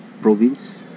province